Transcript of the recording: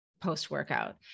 post-workout